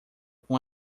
com